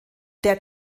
der